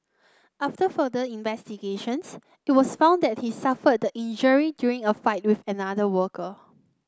after further investigations it was found that he suffered the injury during a fight with another worker